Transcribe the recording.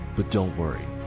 but don't worry.